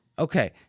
Okay